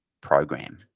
program